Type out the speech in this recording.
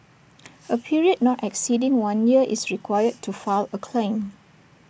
A period not exceeding one year is required to file A claim